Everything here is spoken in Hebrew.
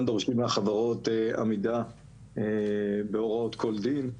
דורשים מהחברות עמידה בהוראות כל דין,